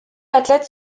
athlètes